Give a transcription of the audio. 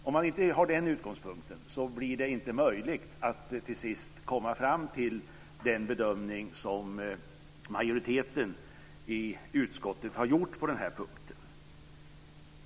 Om man inte har den utgångspunkten blir det inte möjligt att till sist komma fram till den bedömning som majoriteten i utskottet har gjort på den här punkten.